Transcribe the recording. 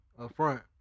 Upfront